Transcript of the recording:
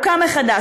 הוקם מחדש,